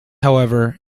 however